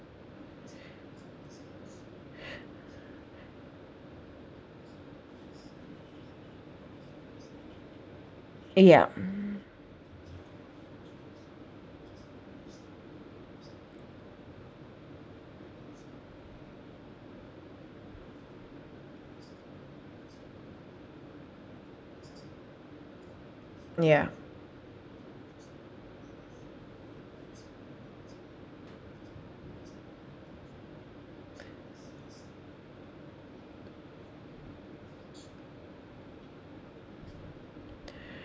ya ya